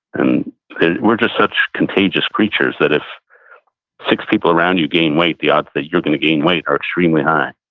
and we're just such contagious creatures that if six people around you gain weight, the odds that you're going to gain weight are extremely high.